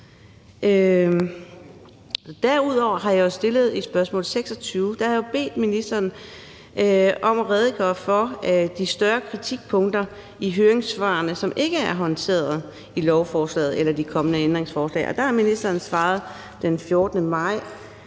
Derudover har jeg i spørgsmål 26, som jeg har stillet, bedt ministeren om at redegøre for de større kritikpunkter i høringssvarene, som ikke er håndteret i lovforslaget eller i de kommende ændringsforslag. Der har ministeren svaret den 14. maj,